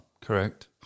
Correct